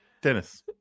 Dennis